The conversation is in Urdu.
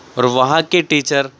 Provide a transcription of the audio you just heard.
اور وہاں کے ٹیچر